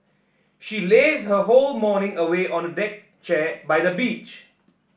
she lazed her whole morning away on a deck chair by the beach